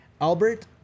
Albert